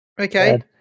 Okay